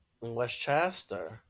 Westchester